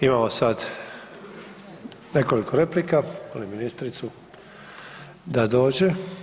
Imamo sad nekoliko replike, molim ministricu da dođe.